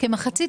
כמחצית